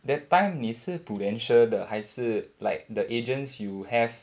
that time 你是 Prudential 的还是 like the agents you have